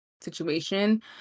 situation